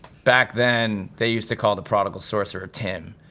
back then, they used to call the prodigal sorcerer tim,